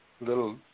little